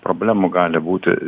problemų gali būti